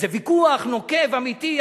זה ויכוח נוקב, אמיתי.